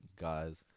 guys